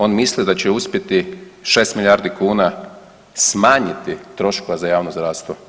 On misli da će uspjeti 6 milijardi kuna smanjiti troškova za javno zdravstvo.